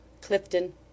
Clifton